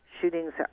shootings